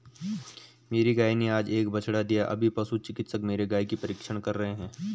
मेरी गाय ने आज एक बछड़ा दिया अभी पशु चिकित्सक मेरी गाय की परीक्षण कर रहे हैं